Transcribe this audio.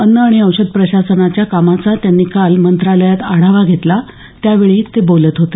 अन्न आणि औषध प्रशासनाच्या कामाचा त्यांनी काल मंत्रालयात आढावा घेतला त्यावेळी ते बोलत होते